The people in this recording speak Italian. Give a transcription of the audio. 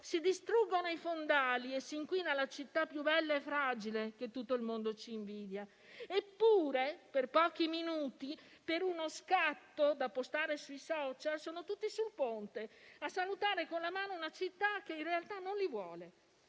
si distruggono i fondali e si inquina la città più bella e fragile che tutto il mondo ci invidia. Eppure, per pochi minuti, per uno scatto da postare sui *social*, sono tutti sul ponte, a salutare con la mano una città che in realtà non li vuole,